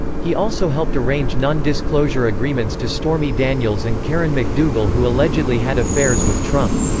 he also helped arrange non-disclosure agreements to stormy daniels and karen mcdougal who allegedly had affairs with trump.